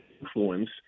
influence